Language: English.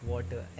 water